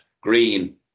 green